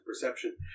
perception